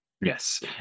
Yes